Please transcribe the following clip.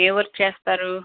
ఏ work చేస్తారు